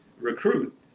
recruit